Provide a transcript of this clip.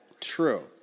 true